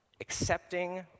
accepting